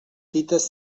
fites